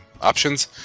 options